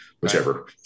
whichever